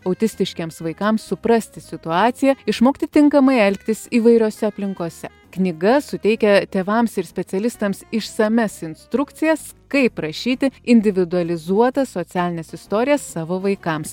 autistiškiems vaikams suprasti situaciją išmokti tinkamai elgtis įvairiose aplinkose knyga suteikia tėvams ir specialistams išsamias instrukcijas kaip rašyti individualizuotas socialines istorijas savo vaikams